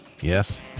Yes